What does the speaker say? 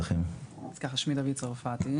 אז ככה, שמי דוד צרפתי.